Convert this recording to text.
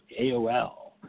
AOL